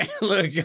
Look